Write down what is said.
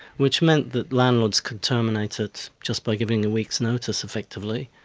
which meant that landlords could terminate it just by giving a week's notice, effectively.